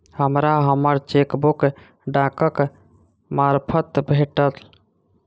हमरा हम्मर चेकबुक डाकक मार्फत भेटल